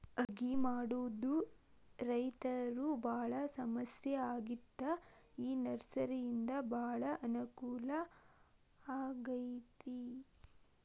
ಅಗಿ ಮಾಡುದ ರೈತರು ಬಾಳ ಸಮಸ್ಯೆ ಆಗಿತ್ತ ಈ ನರ್ಸರಿಯಿಂದ ಬಾಳ ಅನಕೂಲ ಆಗೈತಿ